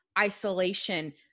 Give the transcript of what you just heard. Isolation